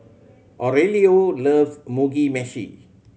Aurelio loves Mugi Meshi